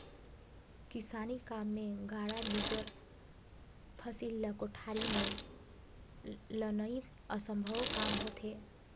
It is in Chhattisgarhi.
किसानी काम मे गाड़ा बिगर फसिल ल कोठार मे लनई असम्भो काम होथे